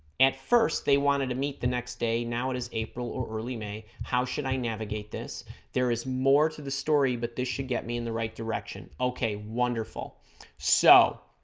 at first they wanted to meet the next day now it is april or early may how should i neva gate this there is more to the story but this should get me in the right direction okay wonderful so